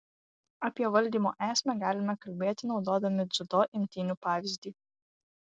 apie valdymo esmę galime kalbėti naudodami dziudo imtynių pavyzdį